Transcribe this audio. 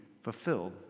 fulfilled